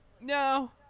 no